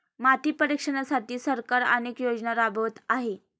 माती परीक्षणासाठी सरकार अनेक योजना राबवत आहे